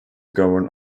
governed